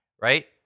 right